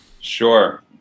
Sure